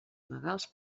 legals